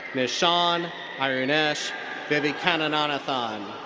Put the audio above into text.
nishan arunesh vivekananthan.